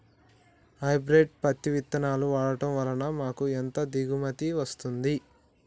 Hybrid పత్తి విత్తనాలు వాడడం వలన మాకు ఎంత దిగుమతి వస్తుంది?